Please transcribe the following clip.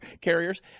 carriers